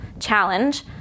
challenge